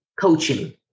coaching